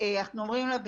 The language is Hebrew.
אנחנו אומרים להם,